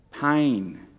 pain